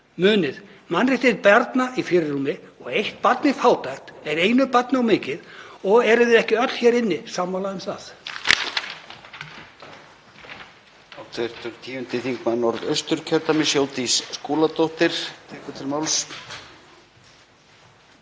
Munið: Mannréttindi barna í fyrirrúmi og eitt barn í fátækt er einu barni of mikið. Erum við ekki öll hér inni sammála um það?